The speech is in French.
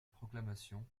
proclamation